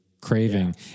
craving